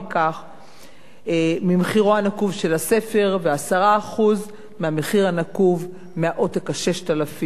ממחירו הנקוב של הספר ו-10% מהמחיר הנקוב מהעותק ה-6,000 ואילך.